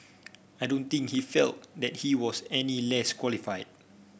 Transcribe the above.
I don't think he felt that he was any less qualified